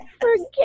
forget